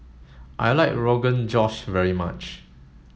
I like Rogan Josh very much